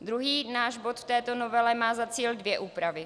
Druhý náš bod v této novele má za cíl dvě úpravy.